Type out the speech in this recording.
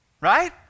right